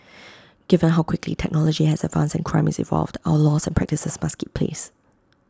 given how quickly technology has advanced and crime has evolved our laws and practices must keep pace